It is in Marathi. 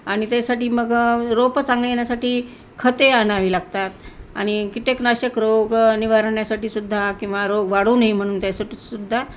आणि त्यासाठी मग रोपं चांगलं येण्यासाठी खते आणावी लागतात आणि कीटकनाशक रोग निवारण्यासाठी सुद्धा किंवा रोग वाढू नये म्हणून त्यासाठीसुद्धा